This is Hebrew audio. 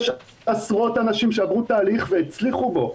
יש עשרות אנשים שעברו תהליך והצליחו בו.